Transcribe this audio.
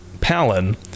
Palin